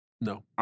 No